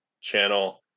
channel